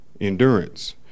Endurance